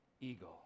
eagle